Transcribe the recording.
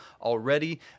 already